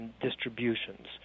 distributions